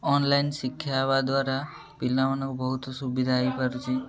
online ଶିକ୍ଷା ହେବା ଦ୍ୱାରା ପିଲାମାନଙ୍କୁ ବହୁତ ସୁବିଧା ହେଇପାରୁଛି